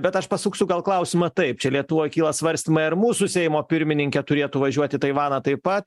bet aš pasuksiu gal klausimą taip čia lietuvoj kyla svarstymai ar mūsų seimo pirmininkė turėtų važiuot į taivaną taip pat